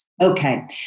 Okay